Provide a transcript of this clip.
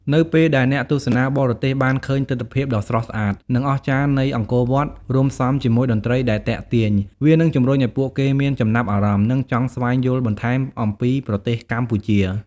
នៅពេលដែលអ្នកទស្សនាបរទេសបានឃើញទិដ្ឋភាពដ៏ស្រស់ស្អាត និងអស្ចារ្យនៃអង្គរវត្ត រួមផ្សំជាមួយតន្ត្រីដែលទាក់ទាញ វានឹងជំរុញឲ្យពួកគេមានចំណាប់អារម្មណ៍ និងចង់ស្វែងយល់បន្ថែមអំពីប្រទេសកម្ពុជា។